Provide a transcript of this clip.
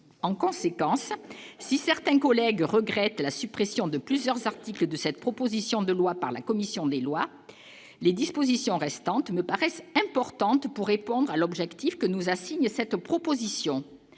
en conséquence si certains collègues regrettent la suppression de plusieurs articles de cette proposition de loi par la commission des lois, les dispositions restantes me paraissent importantes pour répondre à l'objectif que nous a signé cette proposition,